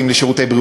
לשירותים בפריפריה,